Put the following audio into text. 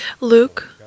Luke